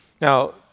Now